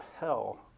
hell